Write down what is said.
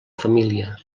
família